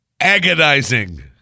Agonizing